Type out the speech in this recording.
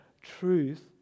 truth